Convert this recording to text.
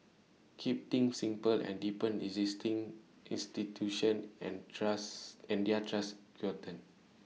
keep things simple and deepen existing institutions and trust and their trust quotient